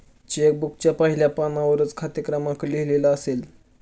check बुकच्या पहिल्या पानावरच खाते क्रमांक लिहिलेला असेल